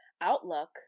outlook